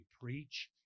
preach